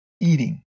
eating